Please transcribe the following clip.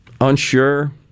unsure